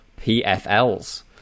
PFLs